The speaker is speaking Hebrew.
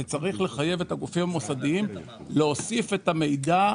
וצריך לחייב את הגופים המוסדיים להוסיף את המידע,